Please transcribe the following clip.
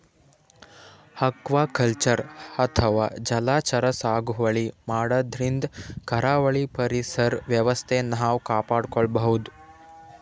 aquaculture ಅಥವಾ ಜಲಚರ ಸಾಗುವಳಿ ಮಾಡದ್ರಿನ್ದ ಕರಾವಳಿ ಪರಿಸರ್ ವ್ಯವಸ್ಥೆ ನಾವ್ ಕಾಪಾಡ್ಕೊಬಹುದ್